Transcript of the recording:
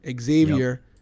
Xavier